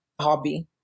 hobby